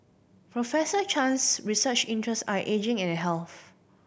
Professor Chan's research interest are ageing and health